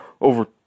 over